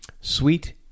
sweet